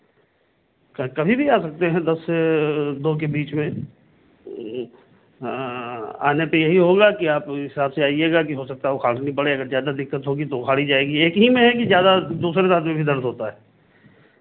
कभी भी आ सकते हैं दस से दो के बीच में हाँ आने पे यही होगा के उस हिसाब से आइएगा कि उखाड़नी पड़े अगर ज़्यादा दिक्कत होगी तो उखाड़ी जाएगी एक ही में है के ज़्यादा दूसरे दांत में भी दर्द होता है